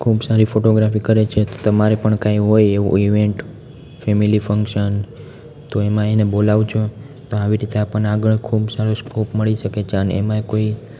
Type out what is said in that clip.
ખૂબ સારી ફોટોગ્રાફી કરે છે તો તમારે પણ કંઈ એવું હોય ઈવેંટ ફેમેલી ફંગસન તો એમાં એને બોલાવજો તો આવી રીતે આપણને ખૂબ સારો સ્કોપ મળી શકે અને એમાંય કોઈ